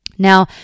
Now